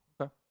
Okay